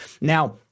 Now